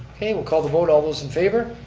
okay, we'll call the vote. all those in favor?